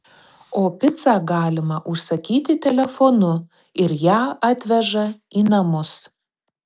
o picą galima užsakyti telefonu ir ją atveža į namus